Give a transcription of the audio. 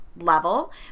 level